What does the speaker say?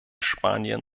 spanien